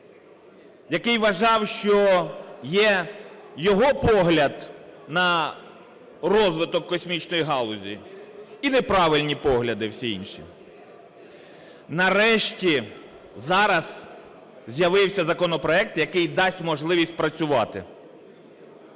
який вважав, що є його погляд на розвиток космічної галузі і неправильні погляди всі інші. Нарешті зараз з'явився законопроект, який дасть можливість працювати.